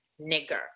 nigger